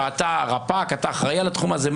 אתה רפ"ק, אתה אחראי על התחום הזה?